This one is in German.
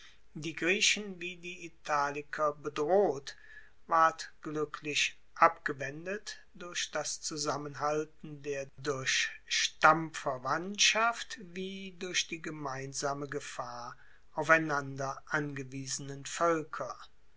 die griechen wie die italiker bedroht ward gluecklich abgewendet durch das zusammenhalten der durch stammverwandtschaft wie durch die gemeinsame gefahr aufeinander angewiesenen voelker